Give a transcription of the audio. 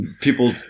people